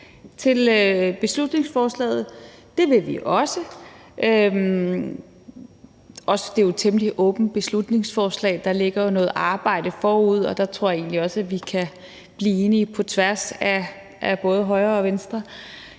til beslutningsforslaget. Det gør vi også. Det er jo et temmelig åbent beslutningsforslag, der ligger noget arbejde forude, og der tror jeg egentlig også, at vi kan blive enige om en ordentlig